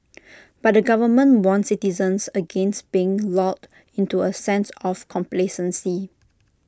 but the government warned citizens against being lulled into A sense of complacency